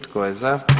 Tko je za?